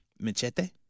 Machete